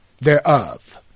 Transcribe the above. thereof